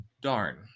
darn